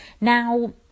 Now